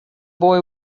boy